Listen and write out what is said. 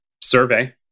survey